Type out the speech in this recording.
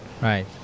Right